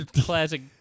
classic